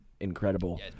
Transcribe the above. Incredible